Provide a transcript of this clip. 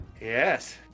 Yes